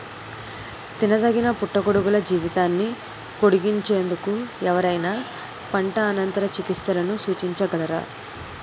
తినదగిన పుట్టగొడుగుల జీవితాన్ని పొడిగించేందుకు ఎవరైనా పంట అనంతర చికిత్సలను సూచించగలరా?